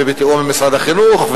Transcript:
ובתיאום עם משרד החינוך,